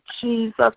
Jesus